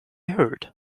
heard